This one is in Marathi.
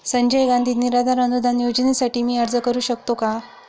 संजय गांधी निराधार अनुदान योजनेसाठी मी अर्ज करू शकतो का?